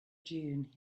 dune